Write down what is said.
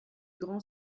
grand